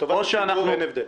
לטובת הציבור אין הבדל.